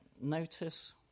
notice